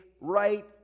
right